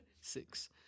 Six